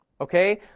okay